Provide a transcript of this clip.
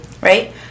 right